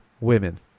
women